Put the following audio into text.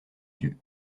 dieu